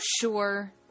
sure